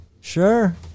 Sure